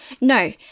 No